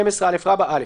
12א. (א)